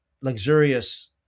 luxurious